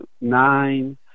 nine